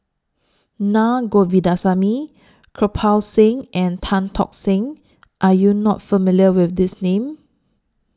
Na Govindasamy Kirpal Singh and Tan Tock San Are YOU not familiar with These Names